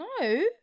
No